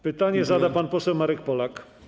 Pytanie zada pan poseł Marek Polak.